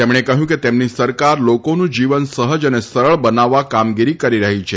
તેમણે કહ્યું કે તેમની સરકાર લોકોનું જીવન સહજ અને સરળ બનાવવા કામગીરી કરી રહી છે